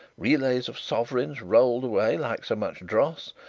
relays of sovereigns rolled away like so much dross,